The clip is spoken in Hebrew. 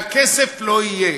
והכסף לא יהיה,